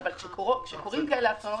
אבל כשקורים כאלה אסונות,